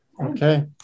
okay